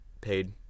paid